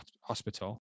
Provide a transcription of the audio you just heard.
hospital